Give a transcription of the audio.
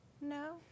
No